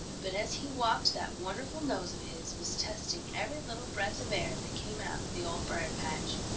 but as he walked that wonderful nose of his was testing every little breath of air that came out of the old briar-patch.